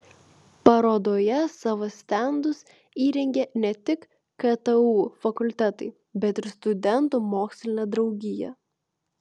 parodoje savo stendus įrengė ne tik ktu fakultetai bet ir studentų mokslinė draugija